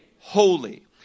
holy